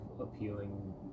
appealing